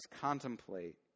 contemplate